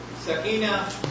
Sakina